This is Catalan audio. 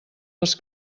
els